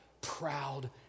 proud